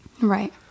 Right